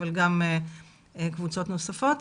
אבל גם קבוצות נוספות.